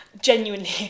genuinely